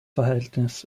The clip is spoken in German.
verhältnis